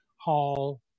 Hall